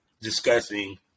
discussing